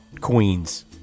Queens